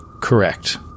Correct